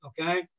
okay